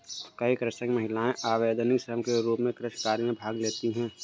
कई कृषक महिलाएं अवैतनिक श्रम के रूप में कृषि कार्य में भाग लेती हैं